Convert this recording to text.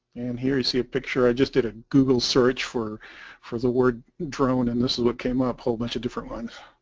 and here you see a picture, i just did a google search for for the word drone and this is what came up, a whole bunch of different ones.